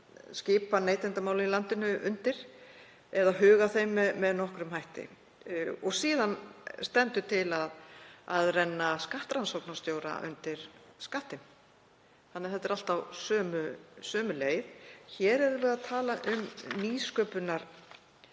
neytendamála í landinu undir eða huga að þeim með nokkrum hætti. Síðan stendur til að renna skattrannsóknarstjóra undir Skattinn. Þannig að þetta er allt á sömu leið. Hér erum við að tala um opinberan